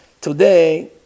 Today